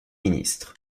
ministre